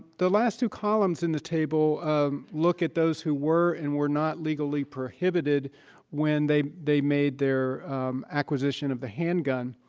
the last two columns in the table um look at those who were and were not legally prohibited when they they made their acquisition of the handgun.